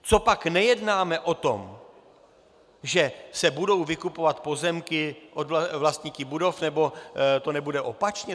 Copak nejednáme o tom, že se budou vykupovat pozemky vlastníky budov nebo to nebude opačně?